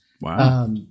Wow